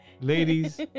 ladies